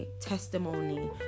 testimony